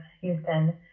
Houston